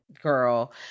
Girl